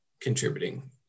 contributing